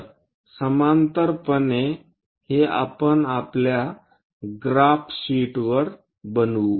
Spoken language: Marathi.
तर समांतरपणे हे आपण आपल्या ग्राफ शीटवर बनवू